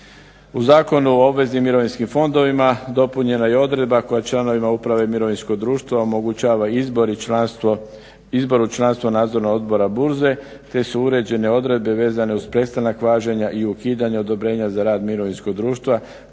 U Zakonu o obveznim mirovinskim fondovima dopunjena je odredba koja članovima uprave mirovinskog društva omogućava izbor u članstvo nadzornog odbora burze te su uređene odredbe vezane uz prestanak važenja i ukidanja odobrenja za rad mirovinskog društva